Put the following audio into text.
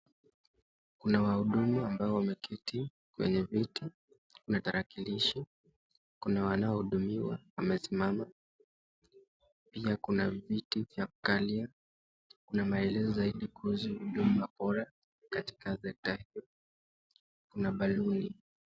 Kuna wahudumu ambao wameketi kwenye viti na tarakilishi ,kuna wanaohudumiwa wamesimama pia kuna viti vya kukalia na maelezo zaidi kuhusu huduma bora katika sekta hii ,kuna baluni.